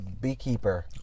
beekeeper